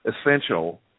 essential